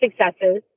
successes